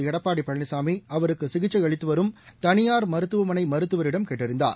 எடப்பாடி பழனிசாமி அவருக்கு சிகிச்சை அளித்து வரும் தளியார் மருத்துவமனை மருத்துவரிடம் கேட்டறிந்தார்